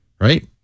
right